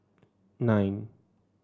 nine